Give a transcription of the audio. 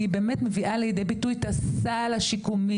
כי היא באמת מביאה לידי ביטוי את הסל השיקומי,